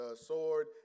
sword